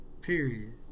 Period